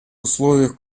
условиях